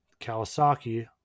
Kawasaki